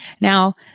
Now